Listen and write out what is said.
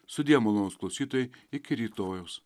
sudie malonūs klausytojai iki rytojaus